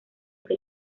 que